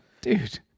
Dude